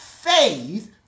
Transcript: faith